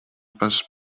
pass